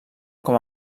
com